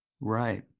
right